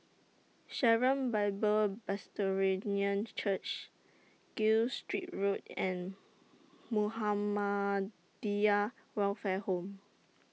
Sharon Bible Presbyterian Church Gilstead Road and Muhammadiyah Welfare Home